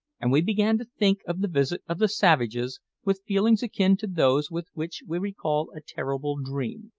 and we began to think of the visit of the savages with feelings akin to those with which we recall a terrible dream.